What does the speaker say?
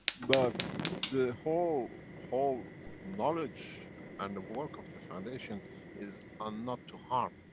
but the whole whole knowledge and the work of the foundation is and not to harm.